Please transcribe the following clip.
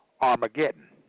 Armageddon